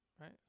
right